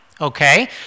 Okay